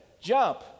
jump